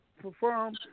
perform